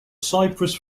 cyprus